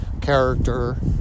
character